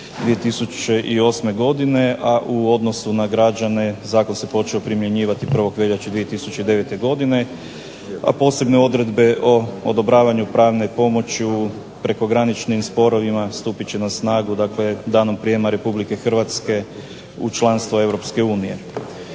2008. godine a u odnosu na građane Zakon se počeo primjenjivati 1. veljače 2009. godine a posebne odredbe o odobravanju pravne pomoći u prekograničnim sporovima stupit će na snagu danom prijema Republike Hrvatske u članstvo Europske unije.